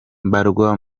mbarwa